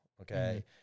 Okay